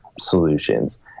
solutions